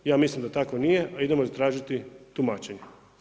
Ja mislim da tako nije, a idemo zatražiti tumačenje.